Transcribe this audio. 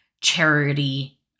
charity